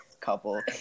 couple